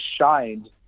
shined